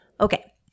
Okay